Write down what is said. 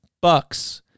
Bucks